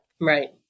Right